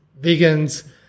vegans